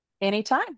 Anytime